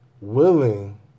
willing